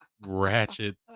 ratchet